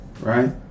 right